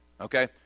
Okay